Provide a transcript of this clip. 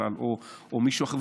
או מישהו אחר,